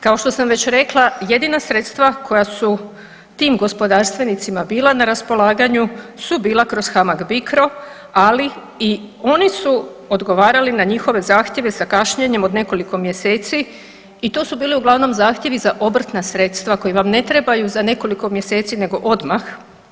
Kao što sam već rekla, jedina sredstva koja su tim gospodarstvenicima bila na raspolaganju su bila kroz HAMAG-BICRO, ali i oni su odgovarali na njihove zahtjeve sa kašnjenjem od nekoliko mjeseci i to su bili uglavnom zahtjevi za obrtna sredstva koji vam ne trebaju za nekoliko mjeseci nego odmah.